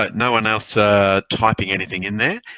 but no one else ah typing anything in there.